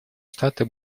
штаты